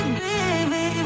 baby